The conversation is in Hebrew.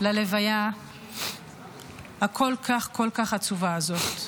ללוויה הכל-כך כל כך עצובה הזאת.